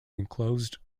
enclosed